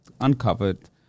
Uncovered